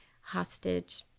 hostage